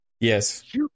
Yes